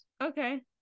okay